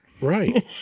Right